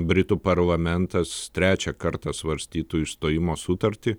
britų parlamentas trečią kartą svarstytų išstojimo sutartį